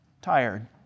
tired